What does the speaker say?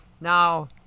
Now